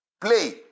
play